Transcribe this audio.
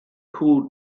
cwd